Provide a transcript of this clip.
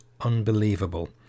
unbelievable